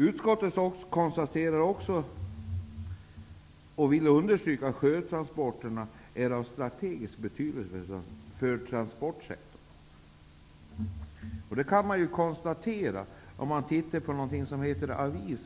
Utskottet understryker att sjötransporter är av strategisk betydelse för transportsektorn. Det kan man konstatera om man ser vad som står i den s.k. avi